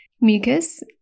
mucus